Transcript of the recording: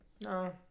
No